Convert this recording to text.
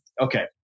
Okay